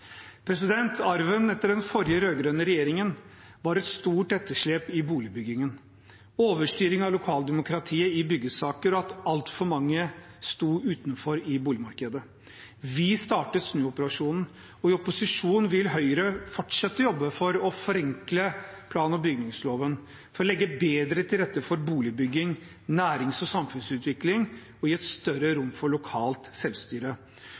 Arven etter den forrige rød-grønne regjeringen var et stort etterslep i boligbyggingen, overstyring av lokaldemokratiet i byggesaker og at altfor mange sto utenfor i boligmarkedet. Vi startet snuoperasjonen, og i opposisjon vil Høyre fortsette å jobbe for å forenkle plan- og bygningsloven, for å legge bedre til rette for boligbygging, nærings- og samfunnsutvikling og for å gi et større rom for lokalt selvstyre.